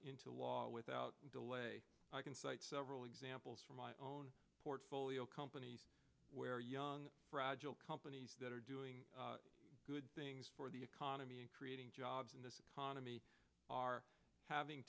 into law without delay i can cite several examples from my own portfolio companies where young fragile companies that are doing good things for the economy and creating jobs in this economy are having